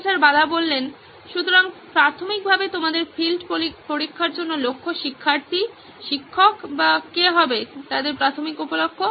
professor Bala সুতরাং প্রাথমিকভাবে তোমাদের ফিল্ড পরীক্ষার জন্য লক্ষ্য শিক্ষার্থী শিক্ষক বা কে হবে তাদের প্রাথমিক উপলক্ষ